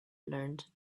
learned